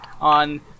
on